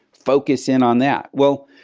focus in on that. well,